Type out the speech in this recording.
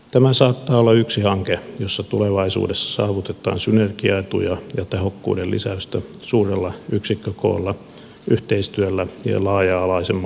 tämä saattaa olla yksi hanke jossa tulevaisuudessa saavutetaan synergiaetuja ja tehokkuuden lisäystä suurella yksikkökoolla yhteistyöllä ja laaja alaisemmalla toiminnalla